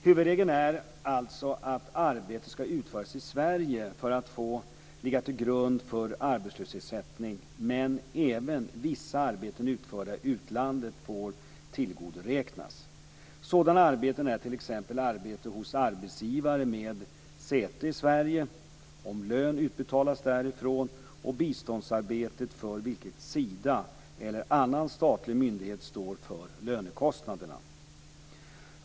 Huvudregeln är alltså att arbetet skall ha utförts i Sverige för att få ligga till grund för arbetslöshetsersättning, men även vissa arbeten utförda i utlandet får tillgodoräknas. Sådana arbeten är t.ex. arbete hos arbetsgivare med säte i Sverige, om lön utbetalas därifrån, och biståndsarbete för vilket Sida eller annan statlig myndighet står för lönekostnaderna.